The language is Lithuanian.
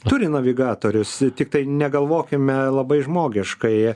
turi navigatorius tiktai negalvokime labai žmogiškai